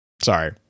Sorry